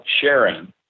sharing